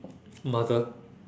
mother